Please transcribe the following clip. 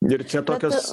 ir čia tokios